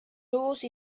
lose